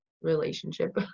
relationship